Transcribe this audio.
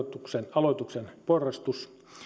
aloituksen porrastus